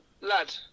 lad